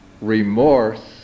remorse